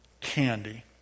candy